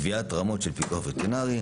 קביעת רמות של פיקוח וטרינרי,